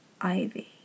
Ivy